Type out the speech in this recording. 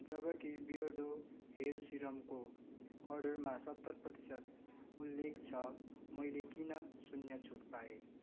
जबकि Beardo hair सिरमको अर्डरमा सत्तर प्रतिशत उल्लेख छ मैले किन शून्य छुट पाएँ